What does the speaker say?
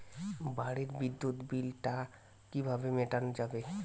বাড়ির বিদ্যুৎ বিল টা কিভাবে মেটানো যাবে?